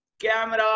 camera